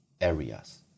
areas